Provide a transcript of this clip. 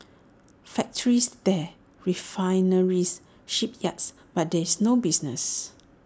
factories there refineries shipyards but there's no business